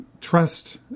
trust